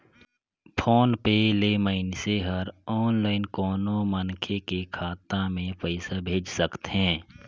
phone पे ले मइनसे हर आनलाईन कोनो मनखे के खाता मे पइसा भेज सकथे